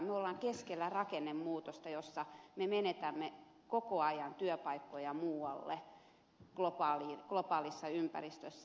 me olemme keskellä rakennemuutosta jossa me menetämme koko ajan työpaikkoja muualle globaalissa ympäristössä